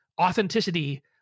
authenticity